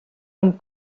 amb